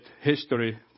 history